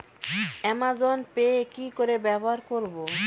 Amazon pay কি করে ব্যবহার করব?